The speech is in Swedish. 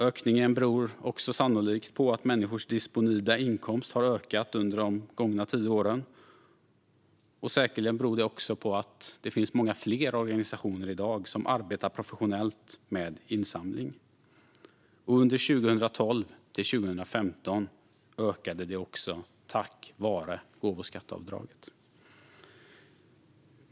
Ökningen beror också sannolikt på att människors disponibla inkomst har ökat under de gångna tio åren, och säkerligen beror det också på att det i dag finns många fler organisationer som arbetar professionellt med insamling. Under 2012-2015 ökade det också tack vare gåvoskatteavdraget.